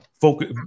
focus